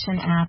app